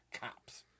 Cops